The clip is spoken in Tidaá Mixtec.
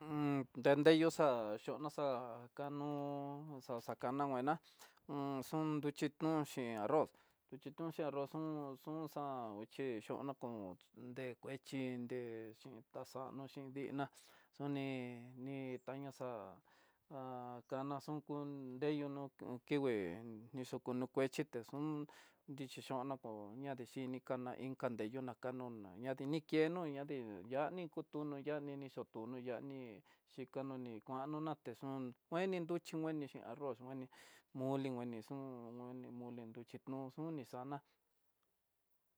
dandeyo xa'á xió xa'a kano xa xa kana nguena, nruxhitun xhin arroz, nruxhi on xhin arroz xun xun xan nguichiona komo nde kuexhi ndé xhinta xanoxin ndiná, xoni ni taña xa'á ha kana xukun ndeyo no'ó, iin kingui ni xa kuño kuexhi texun nrichi xhono koó ñadexhini kana inka deyu na kanó na nadii ni keno ñade, yani kutu nó yanii ni xutunó yani xhikano ni kuano natexun kuenni nruchi kuenixi arroz kueni moli kueni xun kueni moli nrochi xunxo ni xana.